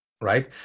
right